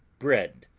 bread,